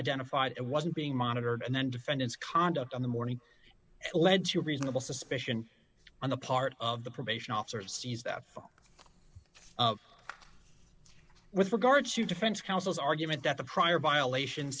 identified and wasn't being monitored and then defend his conduct on the morning led to reasonable suspicion on the part of the probation officer sees that with regard to defense counsel's argument that the prior violations